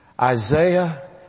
Isaiah